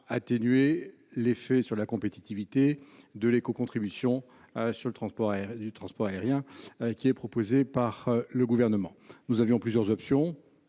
l'effet sur la compétitivité de l'éco-contribution sur le transport aérien du transport aérien qui est proposée par le gouvernement, nous avions plusieurs options